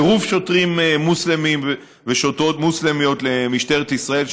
צירוף שוטרים מוסלמים ושוטרות מוסלמיות למשטרת ישראל,